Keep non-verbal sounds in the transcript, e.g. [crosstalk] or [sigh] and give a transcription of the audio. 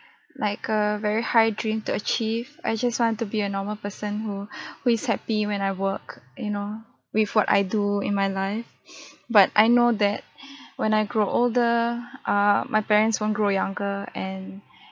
like a very high dream to achieve I just want to be a normal person who [breath] who is happy when I work you know with what I do in my life [breath] but I know that [breath] when I grow older err my parents won't grow younger and